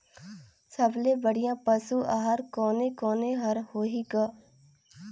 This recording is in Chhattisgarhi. सबले बढ़िया पशु आहार कोने कोने हर होही ग?